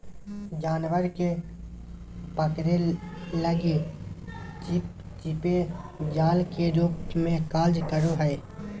जानवर के पकड़े लगी चिपचिपे जाल के रूप में कार्य करो हइ